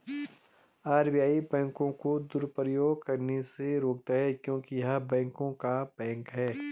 RBI बैंकों को दुरुपयोग करने से रोकता हैं क्योंकि य़ह बैंकों का बैंक हैं